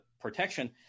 protection